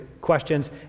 questions